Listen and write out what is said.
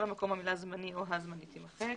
מקום המילה "זמני" או "הזמני" תימחק.